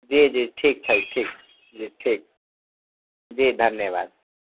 जी जी ठीक छै ठीक जी ठीक जी धन्यवाद